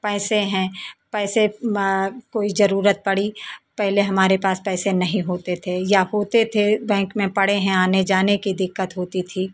पैसे हैं पैसे कोई ज़रूरत पड़ी पहले हमारे पास पैसे नहीं होते थे या होते थे बैंक में पड़े हैं आने जाने की दिक्कत होती थी